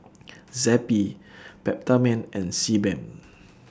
Zappy Peptamen and Sebamed